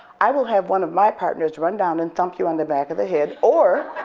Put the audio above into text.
i will have one of my partners run down and thump you on the back of the head or